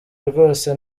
rwose